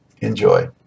Enjoy